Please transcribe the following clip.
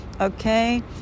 okay